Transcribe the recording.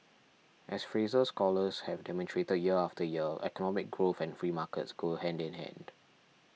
as Fraser scholars have demonstrated year after year economic growth and free markets go hand in hand